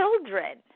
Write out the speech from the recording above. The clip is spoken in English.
children